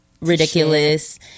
ridiculous